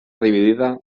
dividida